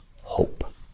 hope